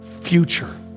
future